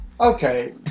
okay